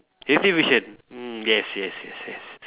retribution mm yes yes yes yes